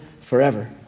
forever